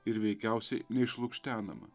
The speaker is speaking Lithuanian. ir veikiausiai ne išlukštenama